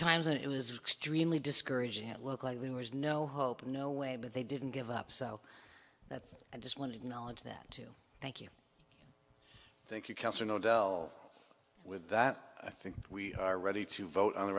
times when it was extremely discouraging it looked like there was no hope and no way but they didn't give up so that's i just want to acknowledge that to thank you thank you cancer no del with that i think we are ready to vote on the